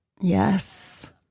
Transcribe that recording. Yes